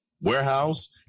Warehouse